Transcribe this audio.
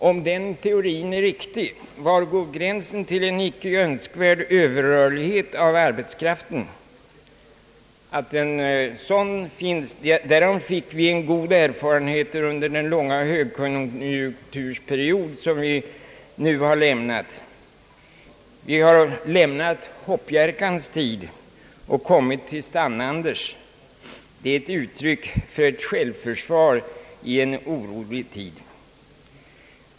Om den teorin är riktig, var går då gränsen till en icke önskvärd överrörlighet av arbetskraften? Att en sådan finns, därom fick vi goda erfarenheter under den långa högkonjunkturperiod som vi nu har lämnat. Vi har lämnat Hopp-Jerkas tid och kommit fram till Stann-Anders. Det är ett uttryck för en självbevarelsedrift i en orolig tid.